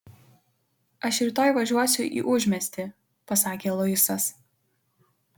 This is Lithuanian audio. aš rytoj važiuosiu į užmiestį pasakė luisas